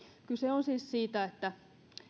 kyse on siis siitä että